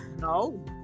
no